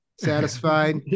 satisfied